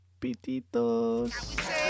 pititos